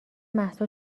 مهسا